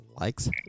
likes